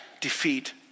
defeat